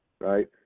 right